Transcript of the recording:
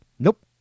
Nope